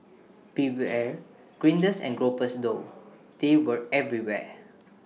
beware grinders and gropers though they were everywhere